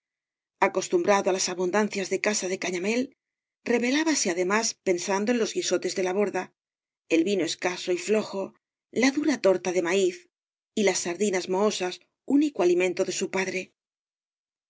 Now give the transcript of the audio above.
acostumbrado á las abundancias de casa de cañamél rebelábase además pensando en loa guisotes d la borda el vino escaso y flojo la dura torta de maíz y las sardinas mohosas único alimento de su padre